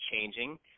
changing